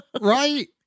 right